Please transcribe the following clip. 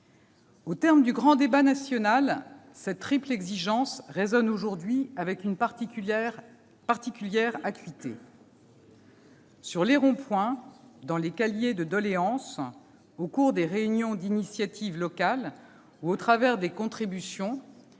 Au terme du grand débat national, cette triple exigence résonne aujourd'hui avec une particulière acuité. Sur les ronds-points, dans les cahiers de doléances, au cours des réunions d'initiatives locales ou au travers des contributions